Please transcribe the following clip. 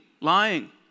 lying